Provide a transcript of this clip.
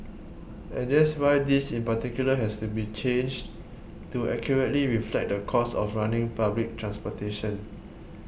and that's why this in particular has to be changed to accurately reflect the cost of running public transportation